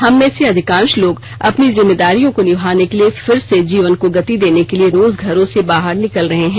हम में से अधिकांश लोग अपनी जिम्मेदारियों को निभाने के लिए फिर से जीवन को गति देने के लिए रोज घरों से बाहर निकल रहे हैं